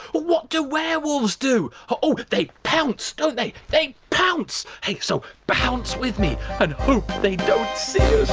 what do werewolves do? oh. they pounce, don't they? they pounce! hey, so pounce with me and hope they don't see